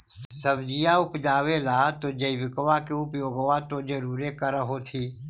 सब्जिया उपजाबे ला तो जैबिकबा के उपयोग्बा तो जरुरे कर होथिं?